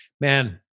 man